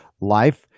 life